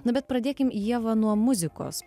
nu bet pradėkim ieva nuo muzikos